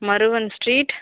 Maruvan street